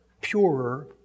purer